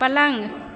पलङ्ग